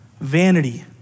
Vanity